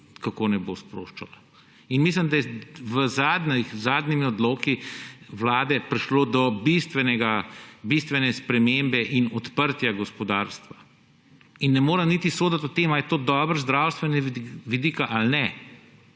kako ne bo sproščala. In mislim, da je z zadnjimi odloki Vlade prišlo do bistvene spremembe in odprtja gospodarstva. In ne morem niti soditi o tem, ali je to dobro z zdravstvenega vidika ali ne,